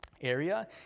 area